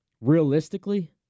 realistically